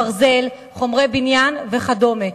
ברזל, חומרי בניין וכדומה.